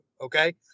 okay